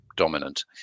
dominant